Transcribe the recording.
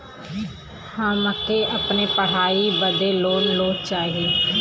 हमके अपने पढ़ाई बदे लोन लो चाही?